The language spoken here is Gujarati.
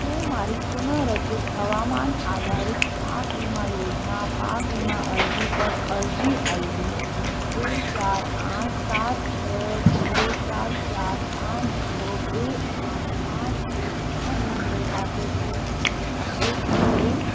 શું મારી પુનઃરચિત હવામાન આધારિત પાક વીમા યોજના પાક વીમા અરજી પર અરજી આઈડી બે ચાર આઠ સાત છ જીરો ચાર ચાર પાંચ જીરો બે આઠ પાંચ એક પાંચ જીરો સાથે કોઈ અપડેટ છે